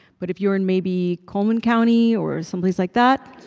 but if you're in maybe coleman county or someplace like that.